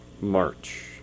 March